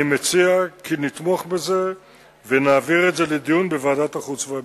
אני מציע כי נתמוך בזה ונעביר את זה לדיון בוועדת החוץ והביטחון.